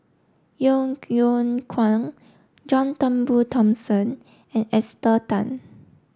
Yeo Yeow Kwang John Turnbull Thomson and Esther Tan